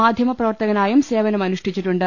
മാധ്യമ പ്രവർത്തകനായും സേവനമനുഷ്ഠിച്ചിട്ടുണ്ട്